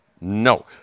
no